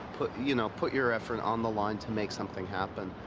put, you, know put your effort on the line to make something happen.